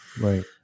Right